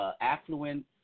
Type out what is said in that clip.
affluent